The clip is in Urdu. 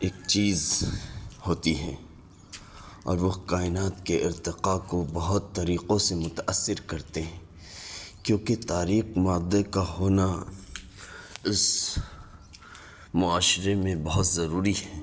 ایک چیز ہوتی ہے اور وہ کائنات کے ارتقا کو بہت طریقوں سے متأثر کرتے ہیں کیوں کہ تاریک مادہ کا ہونا اس معاشرے میں بہت ضروری ہے